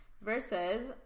versus